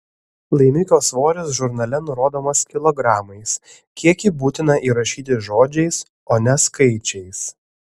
laimikio svoris žurnale nurodomas kilogramais kiekį būtina įrašyti žodžiais o ne skaičiais